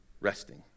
resting